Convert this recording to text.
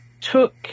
took